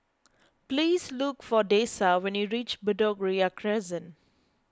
please look for Dessa when you reach Bedok Ria Crescent